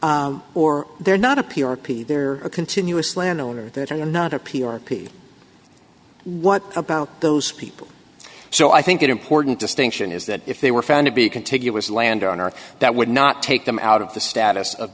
p or they're not a p r p they're a continuous landowner that i'm not a p r p what about those people so i think it important distinction is that if they were found to be contiguous land on earth that would not take them out of the status of